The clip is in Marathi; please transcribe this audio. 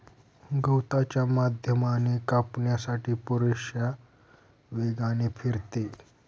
गवताच्या माध्यमाने कापण्यासाठी पुरेशा वेगाने फिरते